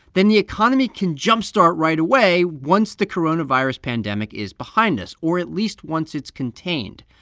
then the economy can jump-start right away once the coronavirus pandemic is behind us or at least once it's contained.